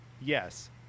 yes